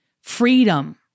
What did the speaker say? freedom